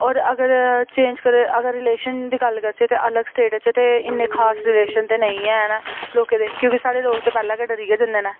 होर अगर चेंज़ करी अगर रिलेशन दी गल्ल करचै ते अलग स्टेट च ते इ'न्ने खास रिलेशन ते नेईं हैन लोकें दे क्योंकि साढ़े लोक ते पैह्ले डरी गै जंदे न